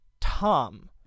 Tom